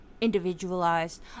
individualized